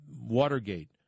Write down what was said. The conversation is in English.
Watergate